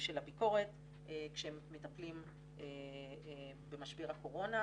של הביקורת כשהם מטפלים במשבר הקורונה,